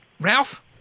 Ralph